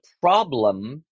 problem